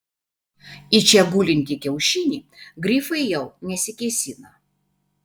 į čia gulintį kiaušinį grifai jau nesikėsina